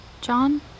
John